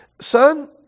son